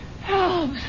Help